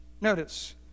notice